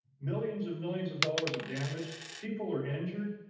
millions and millions of dollars of damage, people are injured,